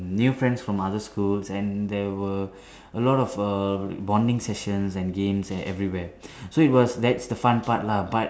new friends from other schools and there were a lot of err bonding sessions and games at everywhere so it was that's the fun part lah but